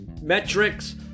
metrics